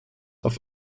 auf